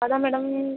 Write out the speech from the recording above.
அதான் மேடம்